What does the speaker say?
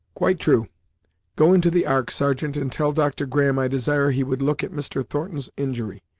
quite true go into the ark, sergeant, and tell dr. graham i desire he would look at mr. thornton's injury,